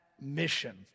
mission